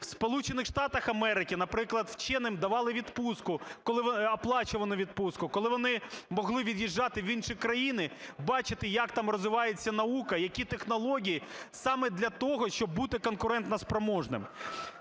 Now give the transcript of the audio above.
Америки, наприклад, вченим давали відпустку, коли… оплачувану відпустку, коли вони могли від'їжджати в інші країни, бачити, як там розвивається наука, які технології саме для того, щоб бути конкурентоспроможним.